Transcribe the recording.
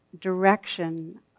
direction